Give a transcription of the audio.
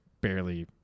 barely